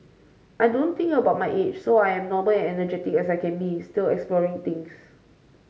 I don't think about my age so I'm normal and energetic as I can be still exploring things